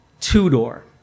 two-door